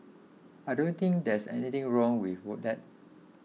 I don't think there's anything wrong with what that